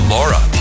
Laura